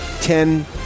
Ten